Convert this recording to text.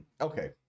okay